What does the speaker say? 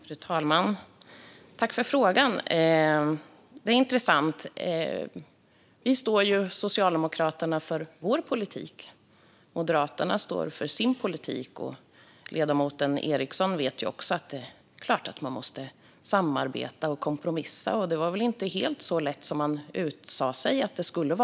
Fru talman! Tack, Jan Ericson, för frågan! Det är intressant. Vi i Socialdemokraterna står för vår politik. Moderaterna står för sin politik, och ledamoten Ericson vet ju också att man måste samarbeta och kompromissa. Det var väl inte fullt så lätt som man sa före valet?